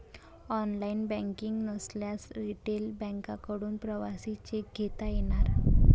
online banking नसल्यास retail बँकांकडून प्रवासी चेक घेता येणार